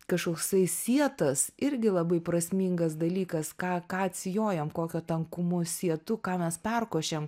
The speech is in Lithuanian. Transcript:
kažkoksai sietas irgi labai prasmingas dalykas ką ką atsijojam kokio tankumu sietu ką mes perkošiam